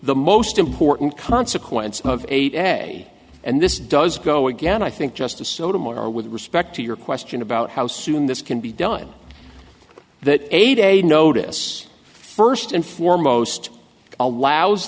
the most important consequence of eight a and this does go again i think justice sotomayor with respect to your question about how soon this can be done that a day notice first and foremost allows